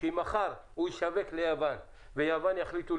מאחר והוראת השעה הייתה